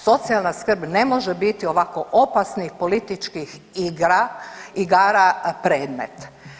Socijalna skrb ne može biti ovako opasnih političkih igra, igara predmet.